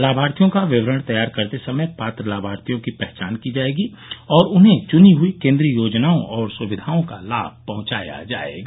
लाभार्थियों का विवरण तैयार करते समय पात्र लाभार्थियों की पहचान की जाएगी और उन्हें चुनी हई केंद्रीय योजनाओं और सुविधाओं का लाभ पहुंचाया जाएगा